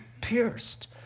pierced